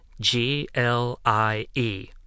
G-L-I-E